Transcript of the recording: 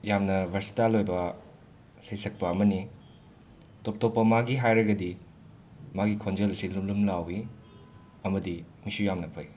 ꯌꯥꯝꯅ ꯚꯔꯁꯦꯇꯥꯏꯜ ꯑꯣꯏꯕ ꯁꯩꯁꯛꯄ ꯑꯃꯅꯤ ꯇꯣꯞ ꯇꯣꯞꯄ ꯃꯥꯒꯤ ꯍꯥꯏꯔꯒꯗꯤ ꯃꯥꯒꯤ ꯈꯣꯟꯖꯦꯜꯁꯤ ꯂꯨꯝ ꯂꯨꯝ ꯂꯥꯎꯋꯤ ꯑꯃꯗꯤ ꯃꯤꯁꯨ ꯌꯥꯝꯅ ꯐꯩ